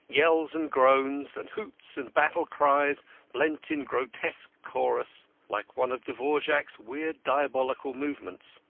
yells, and groans, and hoots, and battle-cries blent in grotesque chorus, like one of dvorak's weird diabolical movements.